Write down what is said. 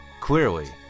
clearly